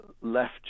left